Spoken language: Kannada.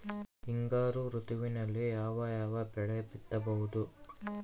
ಹಿಂಗಾರು ಋತುವಿನಲ್ಲಿ ಯಾವ ಯಾವ ಬೆಳೆ ಬಿತ್ತಬಹುದು?